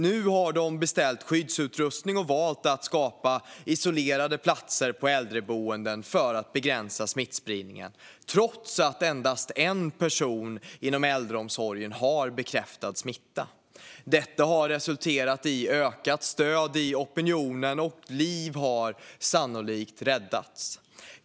Nu har man beställt skyddsutrustning och valt att skapa isolerade platser på äldreboenden för att begränsa smittspridningen, trots att endast en person inom äldreomsorgen har bekräftad smitta. Detta har resulterat i ökat stöd i opinionen, och liv har sannolikt räddats.